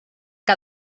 que